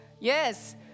Yes